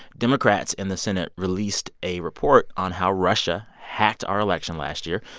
democrats in the senate released a report on how russia hacked our election last year.